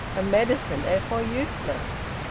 a medicine therefore useless.